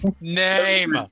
name